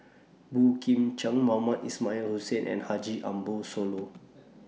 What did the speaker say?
Boey Kim Cheng Mohamed Ismail Hussain and Haji Ambo Sooloh